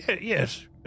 Yes